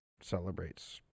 celebrates